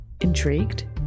Intrigued